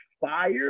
fire